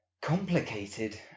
complicated